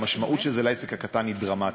המשמעות של זה לעסק הקטן היא דרמטית.